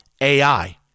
AI